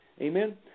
amen